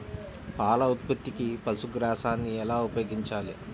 పాల ఉత్పత్తికి పశుగ్రాసాన్ని ఎలా ఉపయోగించాలి?